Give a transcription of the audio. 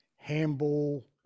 handball